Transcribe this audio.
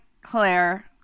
claire